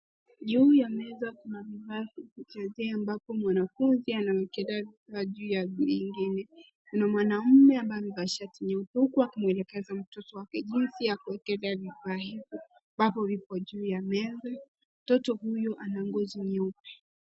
Juu ya meza kuna vifaa vya kuchezea ambapo mwanafunzi anawakelea vifaa juu ya vingine, kuna mwanamume ambaye amevaa shati nyeupe huku akimwelekeza mtoto wake jinsi ya kuwekelea vifaa hivyo ambapo vipo juu ya meza. Mtoto huyo ana ngozi nyeupe.